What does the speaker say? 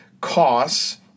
costs